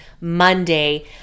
Monday